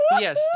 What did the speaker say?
Yes